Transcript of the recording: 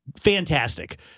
Fantastic